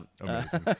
Amazing